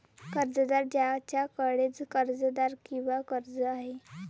कर्जदार ज्याच्याकडे कर्जदार किंवा कर्ज आहे